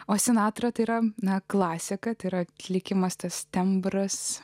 o sinatra yra ne klasė kad yra likimas tas tembras